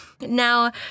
Now